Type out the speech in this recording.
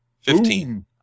Fifteen